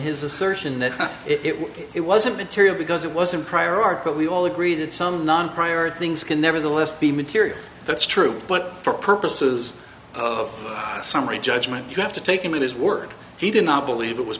his assertion that it was it wasn't material because it was in prior art but we all agree that some non prior things can nevertheless be material that's true but for purposes of summary judgment you have to take him at his word he did not believe it was